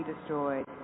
destroyed